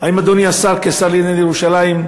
האם אדוני השר, כשר לענייני ירושלים,